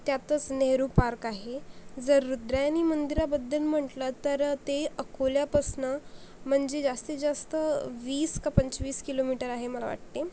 त्यातच नेहरू पार्क आहे जर रुद्रायणी मंदिराबद्दल म्हटलं तर ते अकोल्यापासनं म्हणजे जास्तीत जास्त वीस का पंचवीस किलोमीटर आहे मला वाटते